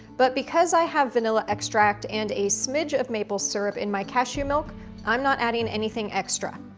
but because i have vanilla extract and a smidge of maple syrup in my cashew milk i'm not adding anything extra.